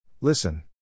Listen